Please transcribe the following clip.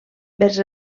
vers